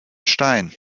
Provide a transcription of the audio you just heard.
stein